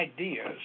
ideas